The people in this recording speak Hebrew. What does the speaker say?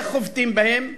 איך חובטים בהם?